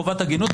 חובת הגינות.